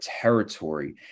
territory